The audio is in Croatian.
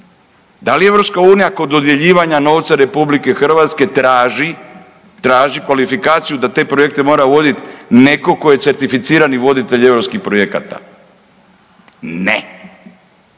Da li EU kod dodjeljivanja novca RH traži, traži kvalifikaciju da te projekte mora voditi netko tko je certificirani voditelj europskih projekata? Ne.